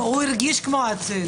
הוא הרגיש כמו עציץ.